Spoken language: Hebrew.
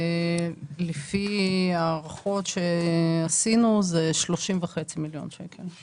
לפי ההערכות שעשינו, זה 30 וחצי מיליון שקלים.